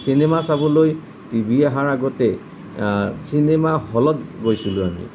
cinema চাবলৈ TV আহাৰ আগতে চিনেমা হলত গৈছিলোঁ আমি